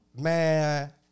Man